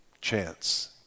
chance